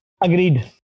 agreed